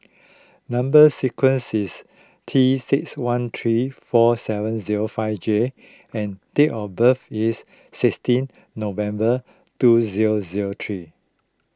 Number Sequence is T six one three four seven zero five J and date of birth is sixteen November two zero zero three